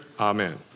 Amen